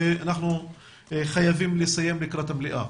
ואנחנו חייבים לסיים לקראת המליאה.